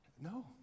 No